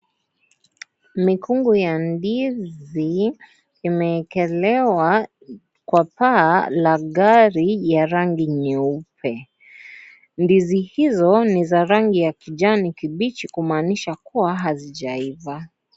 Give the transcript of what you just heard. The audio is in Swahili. Mikungu ya ndizi imeekelewa kwa paa la gari ya rangi nyeupe, ndizi hizo ni ya rangi ya kijani kibichi kumaanisha kiwa hazijaiva.